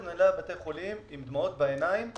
מנהלי בתי החולים עם דמעות בעיניים אומרים: